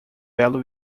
belo